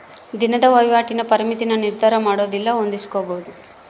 ದಿನದ ವಹಿವಾಟಿನ ಪರಿಮಿತಿನ ನಿರ್ಧರಮಾಡೊದು ಇಲ್ಲ ಹೊಂದಿಸ್ಕೊಂಬದು